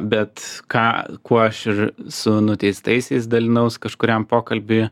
bet ką kuo aš ir su nuteistaisiais dalinaus kažkuriam pokalby